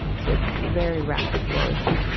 so it's very rapid growth.